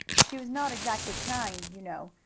she was not exactly crying, you know.